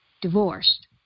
divorced